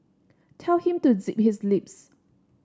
tell him to zip his lips